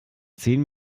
zehn